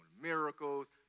miracles